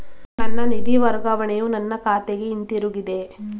ನನ್ನ ನಿಧಿ ವರ್ಗಾವಣೆಯು ನನ್ನ ಖಾತೆಗೆ ಹಿಂತಿರುಗಿದೆ